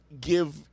give